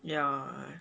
yeah